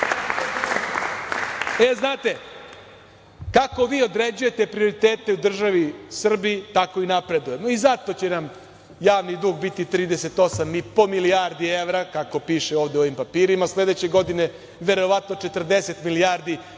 znate, kako vi određujete prioritete u državi Srbiji tako i napredujemo. Zato će nam javni dug biti 38,5 milijardi evra, kako piše ovde u ovim papirima. Sledeće godine verovatno 40 milijardi, jer